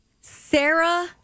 Sarah